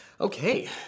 Okay